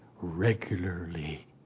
regularly